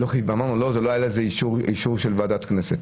ואמרנו, לא היה לזה אישור של ועדת כנסת.